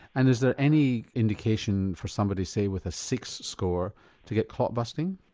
and is there any indication for somebody say with a six score to get clot busting?